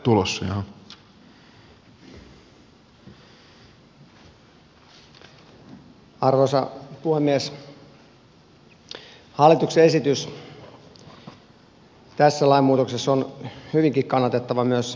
hallituksen esitys tässä lainmuutoksessa on hyvinkin kannatettava myös opposition puolelta